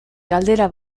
galdera